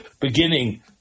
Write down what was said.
beginning